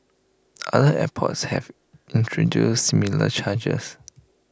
other airports have introduced similar charges